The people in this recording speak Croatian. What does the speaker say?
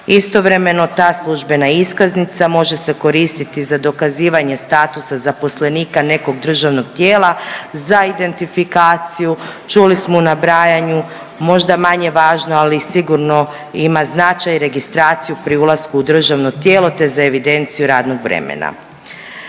Istovremeno, ta službena iskaznica može se koristiti za dokazivanje statusa zaposlenika nekog državnog tijela za identifikaciju, čuli smo u nabrajanju, možda manje važno, ali sigurno ima značaj registraciju pri ulasku u državno tijelo te za evidenciju radnog vremena.